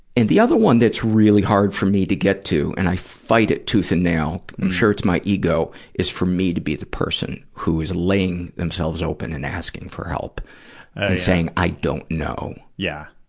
the other one that's really hard for me to get to and i fight it tooth and nail i'm sure it's my ego is for me to be the person who is laying themselves open and asking for help, and saying, i don't know. yeah,